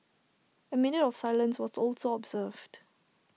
A minute of silence was also observed